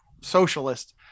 socialist